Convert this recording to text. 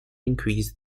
increase